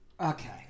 Okay